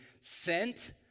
sent